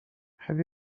have